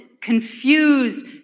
confused